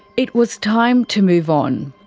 it was time to move on.